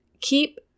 keep